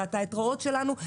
זה התיאטראות שלנו,